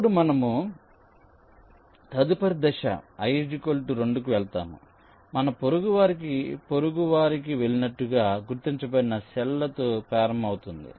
అప్పుడు మనము తదుపరి దశ i 2 కు వెళ్తాము మన పొరుగువారికి వెళ్ళినట్లుగా గుర్తించబడిన సెల్ లతో ప్రారంభమవుతుంది